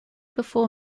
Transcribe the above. before